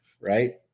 right